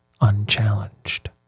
unchallenged